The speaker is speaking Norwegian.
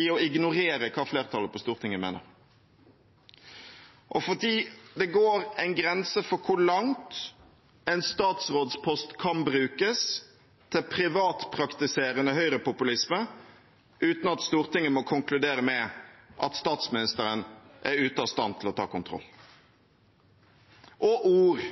i å ignorere hva flertallet på Stortinget mener, og fordi det går en grense for hvor langt en statsrådspost kan brukes til privatpraktiserende høyrepopulisme uten av Stortinget må konkludere med at statsministeren er ute av stand til å ta kontroll. Ord